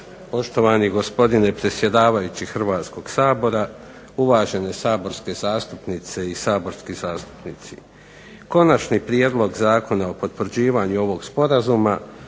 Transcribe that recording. Poštovani gospodine predsjedavajući Hrvatskoga sabora, uvažene saborske zastupnice i saborski zastupnici. Konačni prijedlog zakona o potvrđivanju ovog sporazuma